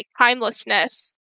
timelessness